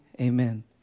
amen